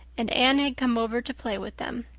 and anne had come over to play with them.